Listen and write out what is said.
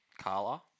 Carla